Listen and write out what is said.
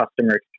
customer